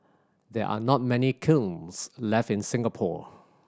there are not many kilns left in Singapore